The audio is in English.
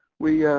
we,